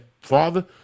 father